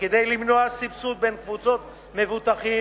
וכדי למנוע סבסוד בין קבוצות מבוטחים,